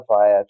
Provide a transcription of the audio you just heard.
via